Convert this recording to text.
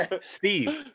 Steve